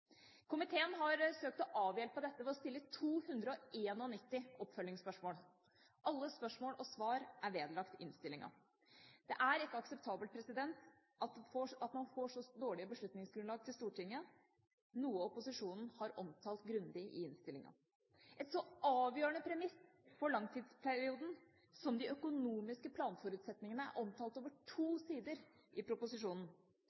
Komiteen har søkt å avhjelpe dette ved å stille 291 oppfølgingsspørsmål. Alle spørsmål og svar er vedlagt innstillingen. Det er ikke akseptabelt at man får så dårlig beslutningsgrunnlag til Stortinget, noe opposisjonen har omtalt grundig i innstillingen. Et så avgjørende premiss for langtidsperioden som de økonomiske planforutsetningene er omtalt over